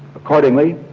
accordingly,